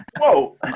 Whoa